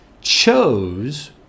chose